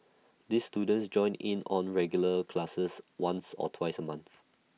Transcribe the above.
these students join in on regular classes once or twice A month